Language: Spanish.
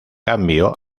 cambio